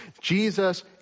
Jesus